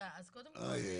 אז קודם כל,